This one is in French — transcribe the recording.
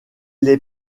les